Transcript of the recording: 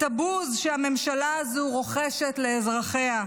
את הבוז שהממשלה הזאת רוחשת לאזרחיה התורמים,